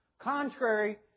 Contrary